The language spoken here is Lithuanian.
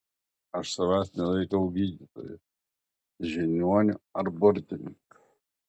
aš savęs nelaikau gydytoju žiniuoniu ar burtininku